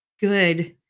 good